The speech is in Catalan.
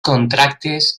contractes